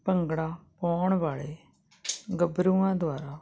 ਭੰਗੜਾ ਪਾਉਣ ਵਾਲੇ ਗੱਭਰੂਆਂ ਦੁਆਰਾ